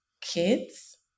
kids